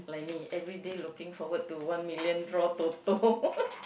like me every day looking forward to one million draw Toto